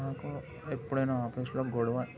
నాకు ఎప్పుడైనా ఆఫీసులో గొడవ